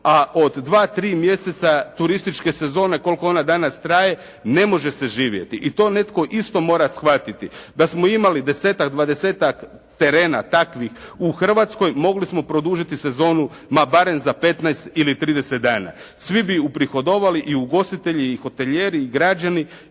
a od 2, 3 mjeseca turističke sezone koliko ona danas traje, ne može se živjeti i to netko isto mora shvatiti da smo imali desetak, dvadesetak terena takvih u Hrvatskoj, mogli smo produžiti sezonu ma barem za 15 ili 30 dana. Svi bi uprihodovali, i ugostitelji i hotelijeri i građani